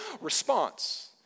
response